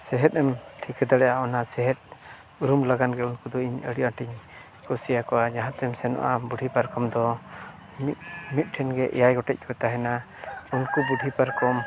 ᱥᱮᱦᱮᱫ ᱮᱢ ᱴᱷᱤᱠᱟᱹ ᱫᱟᱲᱮᱭᱟᱜᱼᱟ ᱚᱱᱟ ᱥᱮᱦᱮᱫ ᱩᱨᱩᱢ ᱞᱟᱜᱟᱱ ᱜᱮ ᱩᱱᱠᱩ ᱫᱚ ᱤᱧ ᱟᱹᱰᱤ ᱟᱸᱴᱤᱧ ᱠᱩᱥᱤᱣᱟ ᱠᱚᱣᱟ ᱡᱟᱦᱟᱸ ᱛᱮᱢ ᱥᱮᱱᱚᱜᱼᱟ ᱵᱩᱰᱷᱤ ᱯᱟᱨᱠᱚᱢ ᱫᱚ ᱢᱤᱫ ᱢᱤᱫ ᱴᱷᱮᱱ ᱜᱮ ᱮᱭᱟᱭ ᱜᱚᱴᱮᱡ ᱠᱚ ᱛᱟᱦᱱᱟ ᱩᱱᱠᱩ ᱵᱩᱰᱷᱤ ᱯᱟᱨᱠᱚᱢ